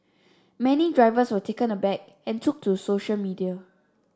many drivers were taken aback and took to social media